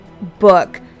book